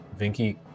Vinky